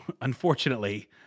unfortunately